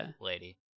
lady